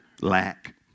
Lack